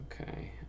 Okay